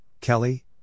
Kelly